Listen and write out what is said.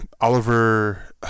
Oliver